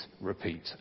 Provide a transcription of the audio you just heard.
repeat